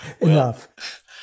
enough